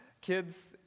kids